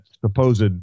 supposed